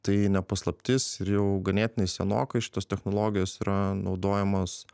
tai ne paslaptis ir jau ganėtinai senokai šitos technologijos yra naudojamos